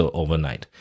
overnight